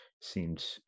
seems